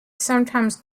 sometimes